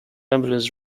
ambulance